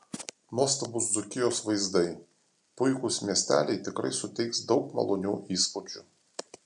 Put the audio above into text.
nuostabūs dzūkijos vaizdai puikūs miesteliai tikrai suteiks daug malonių įspūdžių